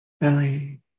belly